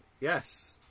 Yes